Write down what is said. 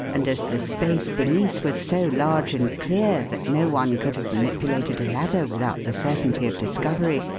and as the space beneath was so large and clear that no one could have manipulated a ladder without the certainty of discovery,